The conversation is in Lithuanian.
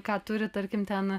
ką turi tarkim ten